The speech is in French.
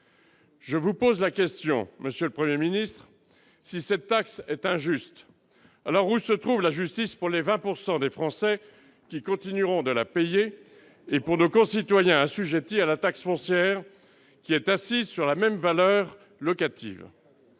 Je vous pose la question : si cette taxe est injuste, où se trouve la justice pour les 20 % de Français qui continueront de la payer et pour nos concitoyens assujettis à la taxe foncière, laquelle est assise sur les mêmes valeurs locatives ?